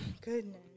goodness